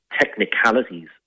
technicalities